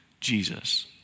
Jesus